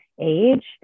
age